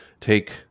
take